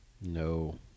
No